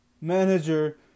manager